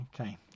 Okay